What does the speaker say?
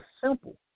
simple